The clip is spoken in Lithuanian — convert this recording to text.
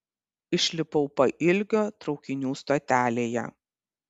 išlipau pailgio traukinių stotelėje